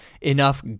enough